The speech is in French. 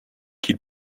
qu’il